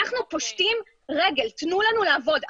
אנחנו פושטים רגל, תנו לנו לעבוד.